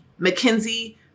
McKinsey